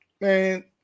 man